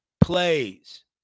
plays